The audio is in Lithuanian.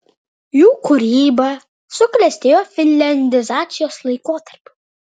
jų kūryba suklestėjo finliandizacijos laikotarpiu